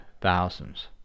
thousands